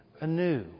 anew